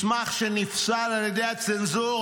מסמך שנפסל על ידי הצנזורה,